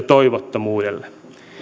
toivottomuudelle